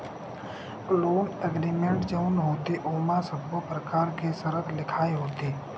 loan agreement जउन होथे ओमा सब्बो परकार के सरत लिखाय होथे